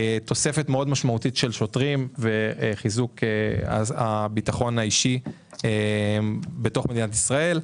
תוספת מאוד משמעותית של שוטרים וחיזוק הביטחון האישי בתוך מדינת ישראל,